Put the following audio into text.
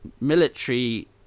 military